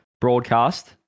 broadcast